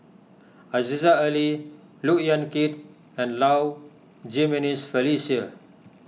Aziza Ali Look Yan Kit and Low Jimenez Felicia